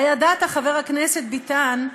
הידעת, חבר הכנסת ביטן,